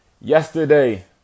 yesterday